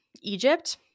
egypt